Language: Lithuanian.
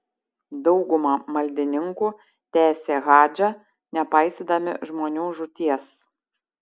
dauguma maldininkų tęsė hadžą nepaisydami žmonių žūties